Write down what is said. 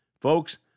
Folks